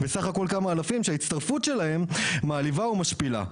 אלא סך הכול כמה אלפים שההצטרפות שלהם מעליבה ומשפילה.